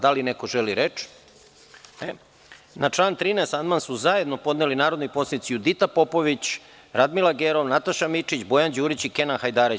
Da li neko želi reč? (Ne.) Na član 13. amandman su zajedno podneli narodni poslanici Judita Popović, Radmila Gerov, Nataša Mićić, Bojan Đurić i Kenan Hajdarević.